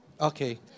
Okay